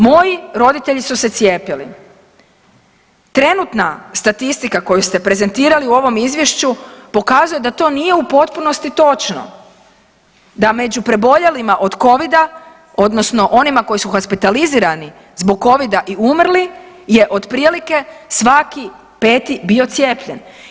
Moji roditelji su se cijepili, trenutna statistika koju ste prezentirali u ovom izvješću pokazuje da to nije u potpunosti točno, da među preboljelima od covida odnosno onima koji su hospitalizirani zbog covida i umrli je otprilike svaki peti bio cijepljen.